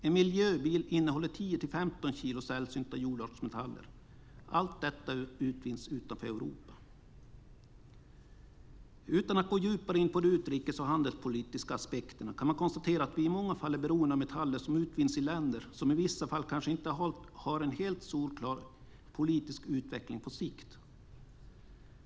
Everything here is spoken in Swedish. En miljöbil innehåller 10-15 kilo sällsynta jordartsmetaller, och allt detta utvinns utanför Europa. Utan att djupare gå in på de utrikes och handelspolitiska aspekterna kan man konstatera att vi i många fall är beroende av metaller som utvinns i länder som i vissa fall kanske inte alltid har en helt solklar politisk utveckling på sikt.